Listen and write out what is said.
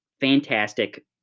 fantastic